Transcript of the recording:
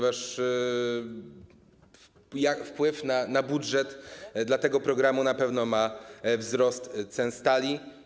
Wpływ na budżet dla tego programu na pewno ma wzrost cen stali.